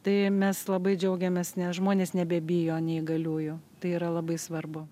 tai mes labai džiaugiamės nes žmonės nebebijo neįgaliųjų tai yra labai svarbu